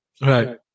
Right